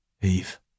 Eve